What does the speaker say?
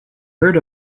heard